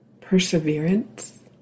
perseverance